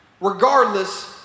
regardless